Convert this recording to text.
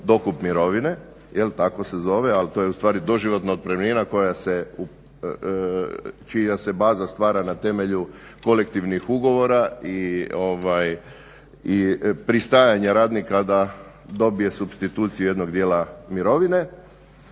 dokup mirovine. Jel' tako se zove? Ali to je u stvari doživotna otpremnina čija se baza stvara na temelju kolektivnih ugovora i pristajanja radnika da dobije supstituciju jednog dijela mirovine